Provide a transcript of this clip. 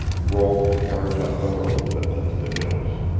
rolled the carriage up the road that led to the hills.